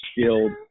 skilled